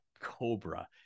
cobra